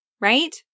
right